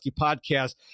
podcast